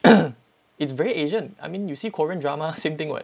it's very asian I mean you korean drama same thing [what]